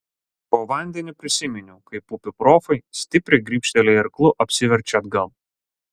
po vandeniu prisiminiau kaip upių profai stipriai grybštelėję irklu apsiverčia atgal